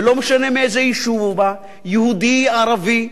ולא משנה מאיזה יישוב הוא בא: יהודי, ערבי,